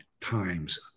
times